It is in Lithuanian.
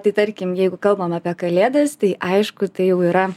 tai tarkim jeigu kalbam apie kalėdas tai aišku tai jau yra